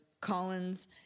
Collins